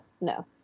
no